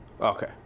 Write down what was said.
Okay